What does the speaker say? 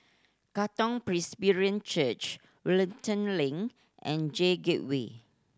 Katong Presbyterian Church Wellington Link and J Gateway